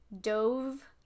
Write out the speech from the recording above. dove